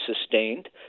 sustained